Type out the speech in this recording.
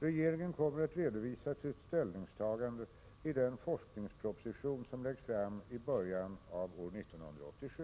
Regeringen kommer att redovisa sitt ställningstagande i den forskningsproposition som läggs fram i början av år 1987.